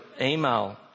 email